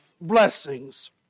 blessings